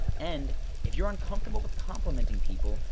and if you're uncomfortable with complimenting people,